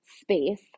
space